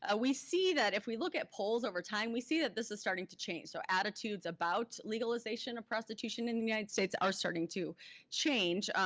ah we see that if we look at polls over time, we see that this is starting to change. so attitudes about legalization of prostitution in the united states are starting to change.